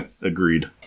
Agreed